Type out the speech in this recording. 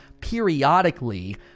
periodically